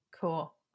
Cool